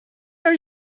are